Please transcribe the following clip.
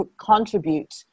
contribute